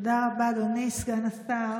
תודה רבה, אדוני סגן השר.